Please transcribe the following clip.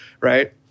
right